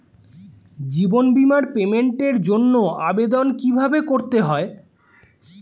জীবন বীমার পেমেন্টের জন্য আবেদন কিভাবে করতে হয়?